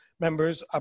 members